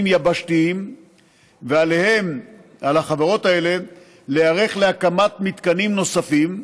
יבשתיים ועל החברות האלה להיערך להקמת מתקנים נוספים,